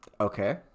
Okay